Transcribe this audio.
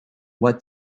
what